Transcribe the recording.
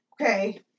Okay